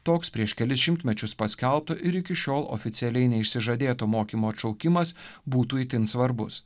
toks prieš kelis šimtmečius paskelbto ir iki šiol oficialiai neišsižadėto mokymo atšaukimas būtų itin svarbus